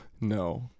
No